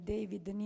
David